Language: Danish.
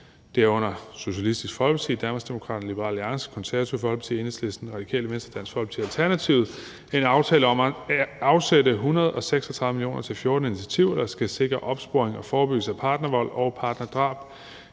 herunder Socialistisk Folkeparti, Danmarksdemokraterne, Liberal Alliance, Det Konservative Folkeparti, Enhedslisten, Radikale Venstre, Dansk Folkeparti og Alternativet – en aftale om at afsætte 136 mio. kr. til 14 initiativer, der skal sikre opsporing og forebyggelse af partnervold og partnerdrab.